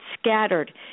scattered